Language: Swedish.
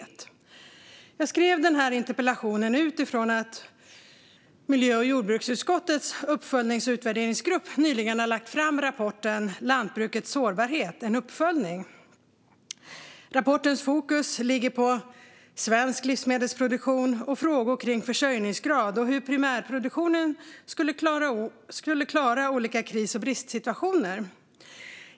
Jag skrev den här interpellationen utifrån att miljö och jordbruksutskottets uppföljnings och utvärderingsgrupp nyligen lade fram rapporten Lantbrukets sårbarhet - en uppföljning . Rapportens fokus ligger på svensk livsmedelsproduktion och frågor kring försörjningsgrad och hur primärproduktionen skulle klara olika kris och bristsituationer.